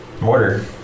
Mortar